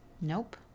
nope